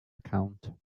account